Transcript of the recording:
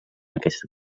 aquesta